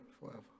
forever